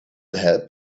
help